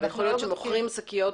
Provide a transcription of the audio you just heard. ויכול להיות שמוכרים שקיות